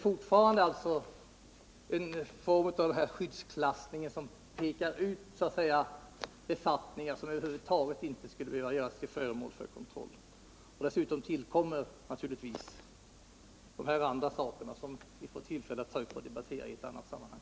Frågan gäller den här klassningen i skyddsklass som pekar ut befattningar som Över huvud taget inte skulle behöva göras till föremål för kontroll. Och dessutom tillkommer de andra förhållanden som vi får tillfälle att ta upp och debattera i annat sammanhang.